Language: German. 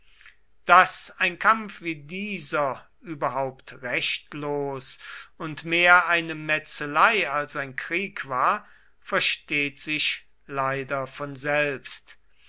daß ein kampf wie dieser überhaupt rechtlos und mehr eine metzelei als ein krieg war versteht sich leider von selbst